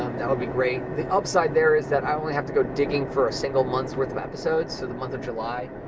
um that would be great. the upside there is that i only have to go digging for a single month's worth of episodes, so the month of july,